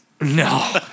No